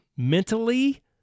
Mentally